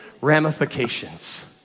ramifications